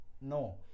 No